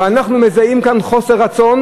אבל אנחנו מזהים כאן חוסר רצון